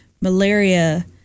malaria